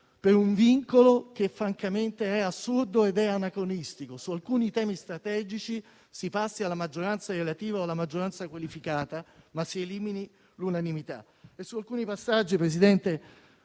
per un vincolo francamente assurdo ed anacronistico. Su alcuni temi strategici si passi alla maggioranza relativa o alla maggioranza qualificata, eliminando l'unanimità. Su alcuni passaggi, Presidente,